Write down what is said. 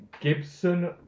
Gibson